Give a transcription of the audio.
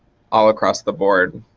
all across the board.